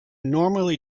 normally